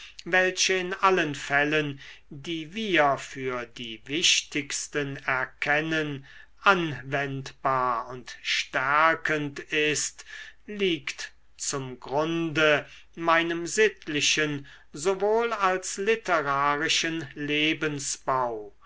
welche in allen fällen die wir für die wichtigsten erkennen anwendbar und stärkend ist liegt zum grunde meinem sittlichen sowohl als literarischen lebensbau